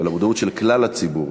ולמודעות של כלל הציבור